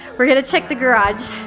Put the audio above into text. we're gonna check the garage,